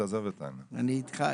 אני פה ואני אתך.